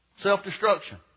Self-destruction